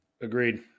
agreed